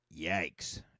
yikes